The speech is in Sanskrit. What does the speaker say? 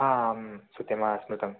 आम् सत्यम् आ श्रुतम्